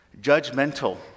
judgmental